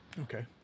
Okay